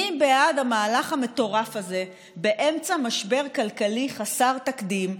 מי בעד המהלך המטורף הזה באמצע משבר כלכלי חסר תקדים,